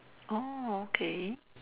orh okay